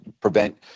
prevent